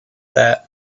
that